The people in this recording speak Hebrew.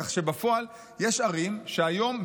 כך שבפועל יש ערים שהיום,